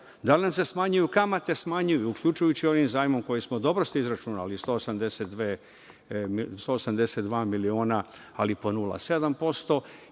Da li nam se smanjuju kamate? Smanjuju, uključujući i ovaj zajam. Dobro ste izračunali, 182 miliona ali po 0,7%,